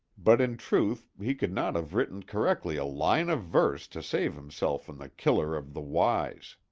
but in truth he could not have written correctly a line of verse to save himself from the killer of the wise.